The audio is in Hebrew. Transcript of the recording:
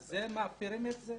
אז מפרים את זה.